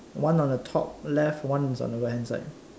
one on the top left one is on the right hand side